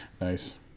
Nice